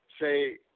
say